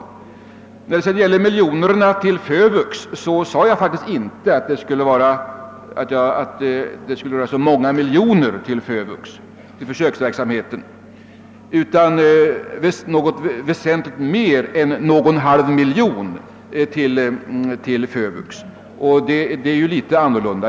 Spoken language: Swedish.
I fråga om bidragen till FÖVUX” försöksverksamhet sade jag faktiskt inte att det skulle röra sig om många miljoner utan om mer än en halv miljon. Det är litet annorlunda.